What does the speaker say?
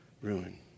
ruin